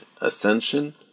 ascension